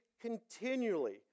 continually